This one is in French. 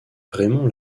raymond